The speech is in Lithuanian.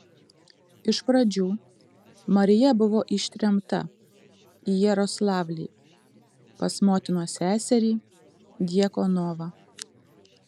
iš pradžių marija buvo ištremta į jaroslavlį pas motinos seserį djakonovą